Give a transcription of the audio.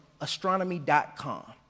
astronomy.com